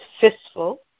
fistful